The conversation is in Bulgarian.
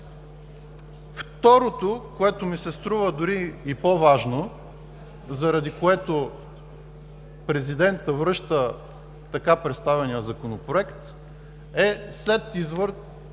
Второто, което ми се струва дори и по-важно, заради което президентът връща така представения Законопроект, е след